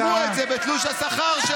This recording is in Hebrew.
ובטח ובטח שלא יגלמו את זה בתלוש השכר שלו.